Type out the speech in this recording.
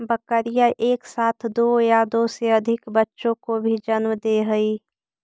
बकरियाँ एक साथ दो या दो से अधिक बच्चों को भी जन्म दे हई